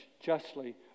justly